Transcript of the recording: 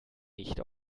nicht